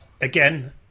Again